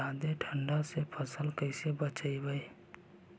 जादे ठंडा से फसल कैसे बचइबै?